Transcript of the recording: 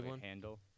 handle